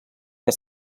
que